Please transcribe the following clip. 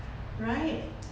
right